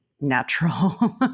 natural